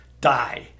die